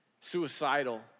suicidal